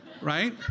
right